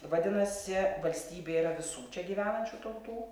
vadinasi valstybė yra visų čia gyvenančių tautų